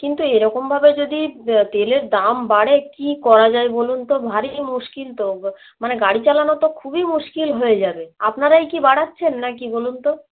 কিন্তু এরকমভাবে যদি তেলের দাম বাড়ে কী করা যায় বলুন তো ভারী মুশকিল তো মানে গাড়ি চালানো তো খুবই মুশকিল হয়ে যাবে আপনারাই কি বাড়াচ্ছেন না কি বলুন তো